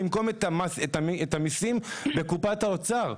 במקום את המיסים בקופת האוצר.